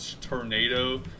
tornado